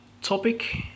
Topic